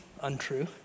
untrue